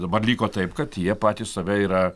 dabar liko taip kad jie patys save yra